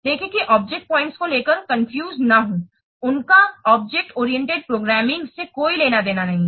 देखें कि object points को लेकर कंफ्यूज न हो उनका ऑब्जेक्ट ओरिएंटेड प्रोग्रामिंग से कोई लेना देना नहीं है